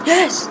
Yes